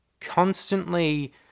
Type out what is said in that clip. constantly